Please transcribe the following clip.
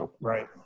Right